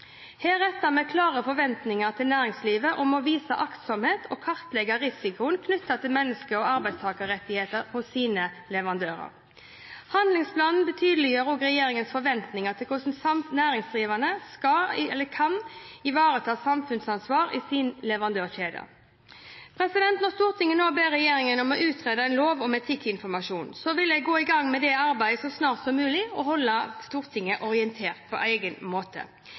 Her retter vi klare forventninger til næringslivet om å vise aktsomhet og kartlegge risiko knyttet til menneske- og arbeidstakerrettigheter hos egne leverandører. Handlingsplanen tydeliggjør regjeringens forventninger til hvordan næringsdrivende kan ivareta samfunnsansvar i sine leverandørkjeder. Når Stortinget nå ber regjeringen om å utrede en lov om etikkinformasjon, vil jeg gå i gang med det arbeidet så snart som mulig, og holde Stortinget orientert på egnet måte.